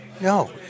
No